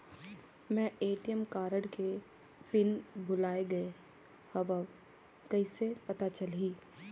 मैं ATM card के PIN भुलाए गे हववं कइसे पता चलही?